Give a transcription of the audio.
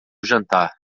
jantar